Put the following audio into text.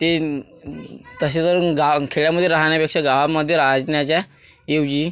ते तसे जन् गावखेड्यामधे राहण्यापेक्षा गावामधे राहण्याच्याऐवजी